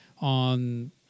on